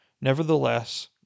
nevertheless